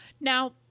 Now